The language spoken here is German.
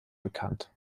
bekannt